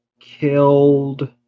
killed